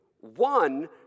one